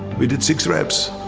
we did six reps.